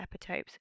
epitopes